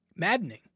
Maddening